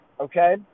okay